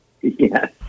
Yes